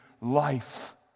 life